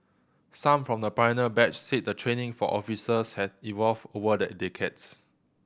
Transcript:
some from the pioneer batch said the training for officers has evolved over the in decades